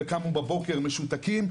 וקמו בבוקר משותקים.